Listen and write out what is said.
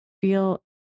feel